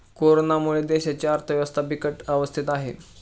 कोरोनामुळे देशाची अर्थव्यवस्था बिकट अवस्थेत आहे